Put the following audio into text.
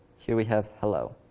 here we have hello.